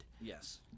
Yes